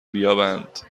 بیابند